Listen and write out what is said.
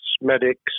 medics